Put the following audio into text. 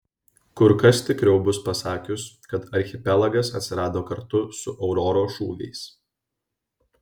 kur kas tikriau bus pasakius kad archipelagas atsirado kartu su auroros šūviais